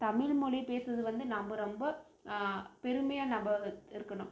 தமிழ்மொழி பேசுவது வந்து நம்ம ரொம்ப பெருமையா நம்ம இருக்கணும்